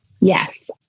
Yes